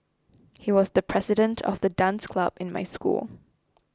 he was the president of the dance club in my school